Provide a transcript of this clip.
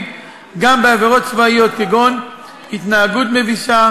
גם בעבירות צבאיות כגון התנהגות מבישה,